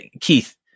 Keith